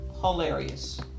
hilarious